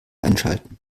einschalten